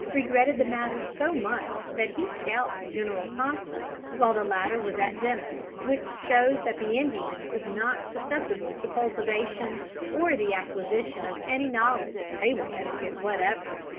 regretted the matter so much that he scalped general thompson while the latter was at dinner, which shows that the indian is not susceptible to cultivation or the acquisition of any knowledge of table etiquette whatever.